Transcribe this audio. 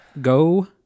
Go